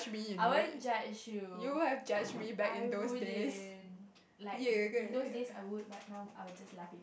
I won't judge you I wouldn't like in those days I would but now I will just laugh